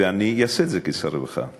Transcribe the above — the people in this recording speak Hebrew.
ואני אעשה את זה כשר הרווחה.